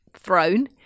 thrown